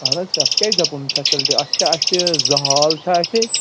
اَہن حظ اَتھ کیٛاہ چھُ دَپُن فیسَلٹی اَتھ چھِ اَسہِ زٕ ہال چھِ اَسہِ